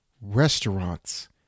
restaurants